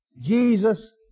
Jesus